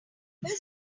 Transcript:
name